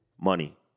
money